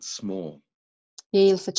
small